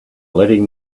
letting